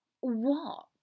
What